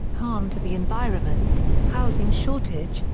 harm to the environment, housing shortage,